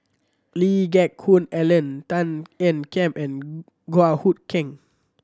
Lee Geck Hoon Ellen Tan Ean Kiam and Goh Hood Keng